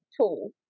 tool